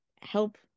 help